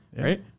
right